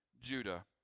Judah